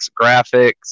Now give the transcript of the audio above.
graphics